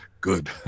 Good